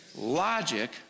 logic